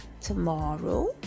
tomorrow